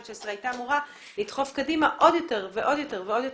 הייתה אמורה לדחוף קדימה עוד יותר ועוד יותר ועוד יותר.